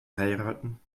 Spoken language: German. heiraten